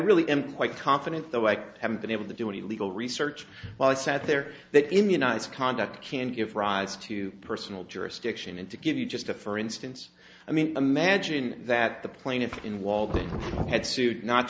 really am quite confident though i haven't been able to do any legal research while i sat there that immunize conduct can give rise to personal jurisdiction and to give you just a for instance i mean imagine that the plaintiff in walton had sued not